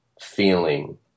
feeling